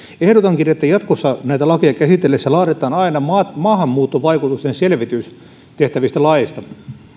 ehdotankin että jatkossa näitä lakeja käsiteltäessä laaditaan aina maahanmuuttovaikutusten selvitys tehtävistä laeista